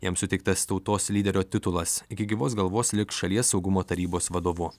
jam suteiktas tautos lyderio titulas iki gyvos galvos liks šalies saugumo tarybos vadovu